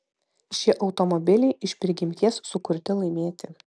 šie automobiliai iš prigimties sukurti laimėti